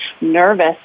nervous